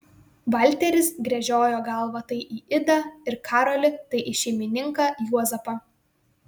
valteris gręžiojo galvą tai į idą ir karolį tai į šeimininką juozapą